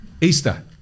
Easter